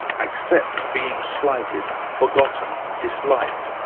accepts being slighted, forgotten, disliked.